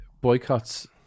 boycotts